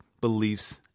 beliefs